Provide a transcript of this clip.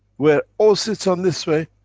where o sits on this way,